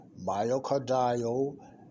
myocardial